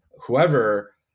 whoever